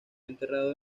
enterrado